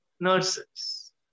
nurses